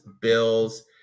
Bills